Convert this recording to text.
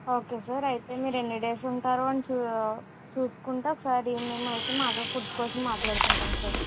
okay sir అయితే మీరు ఎన్ని డేస్ ఉంటారో అని చూసుకుంటే ఒకసారి మేమైతే అదర్ ఫుడ్ కోసం మాట్లాడుకుంటాం సార్